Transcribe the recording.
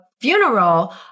funeral